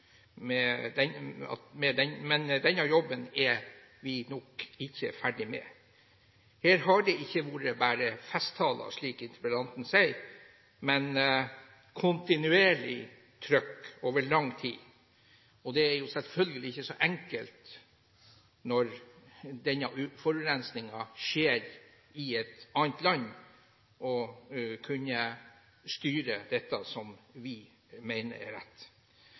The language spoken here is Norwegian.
Men denne jobben er vi nok ikke ferdig med. Her har det ikke vært bare festtaler, slik interpellanten sier, men kontinuerlig trykk over lang tid. Og det er selvfølgelig ikke så enkelt når denne forurensningen skjer i et annet land, å kunne styre dette slik som vi mener er rett.